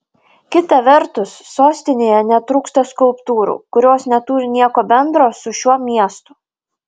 kita vertus sostinėje netrūksta skulptūrų kurios neturi nieko bendro su šiuo miestu